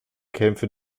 kämpfe